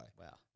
Wow